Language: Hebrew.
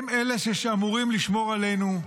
הם אלה שאמורים לשמור עלינו,